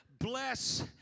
Bless